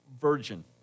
virgin